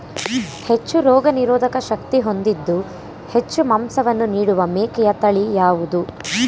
ಹೆಚ್ಚು ರೋಗನಿರೋಧಕ ಶಕ್ತಿ ಹೊಂದಿದ್ದು ಹೆಚ್ಚು ಮಾಂಸವನ್ನು ನೀಡುವ ಮೇಕೆಯ ತಳಿ ಯಾವುದು?